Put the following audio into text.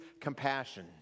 compassion